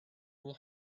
will